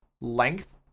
length